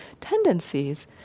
tendencies